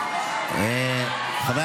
חברי